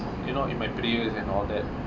you know in my pray and all that